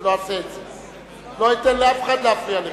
לא אעשה את זה, לא אתן לאף אחד להפריע לך.